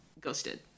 ghosted